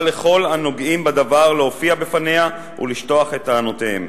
לכל הנוגעים בדבר להופיע בפניה ולשטוח את טענותיהם.